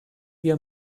wir